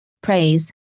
praise